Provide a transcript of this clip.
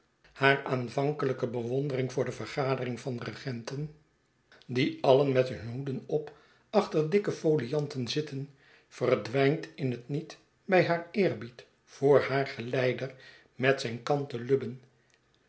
haar aanvankelijke bewondering voor de vergadering van regenten die alien met hun hoeden op achter dikke folianten zitten verdwijnt in het niet bij haar eerbied voor haar geleider met zijn kanten